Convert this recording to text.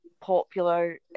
popular